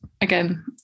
again